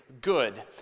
good